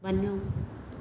वञो